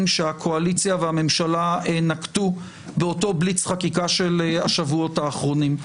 שהקואליציה והממשלה נקטו באותו בליץ חקיקה של השבועות האחרונים.